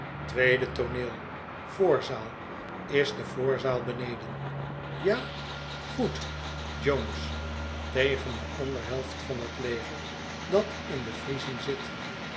tweede tooneel voorzaal is de voorzaal beneden ja goed jones tegen de andere helft van het leger dat in de friezen zit